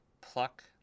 pluck